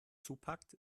zupackt